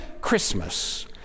Christmas